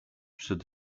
przed